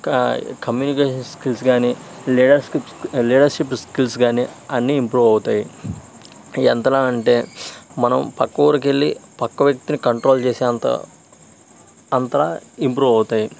communication skills కానీ leadership leadership skills కానీ అన్ని ఇంప్రూవ్ అవుతాయి ఎంతలా అంటే మనం పక్క ఊరికి వెళ్లి పక్క వ్యక్తిని కంట్రోల్ చేసే అంత అంతా ఇంప్రూవ్ అవుతాయి